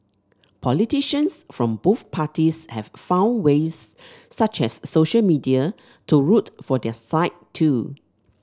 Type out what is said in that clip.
politicians from both parties have found ways such as social media to root for their side too